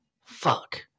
Fuck